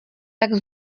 tak